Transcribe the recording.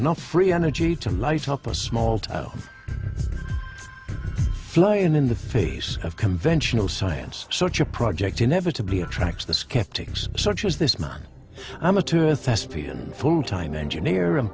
enough free energy to light up a small to fly in the face of conventional science such a project inevitably attracts the skeptics such as this man amateur thespian full time engineer and